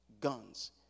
guns